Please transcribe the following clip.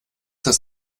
das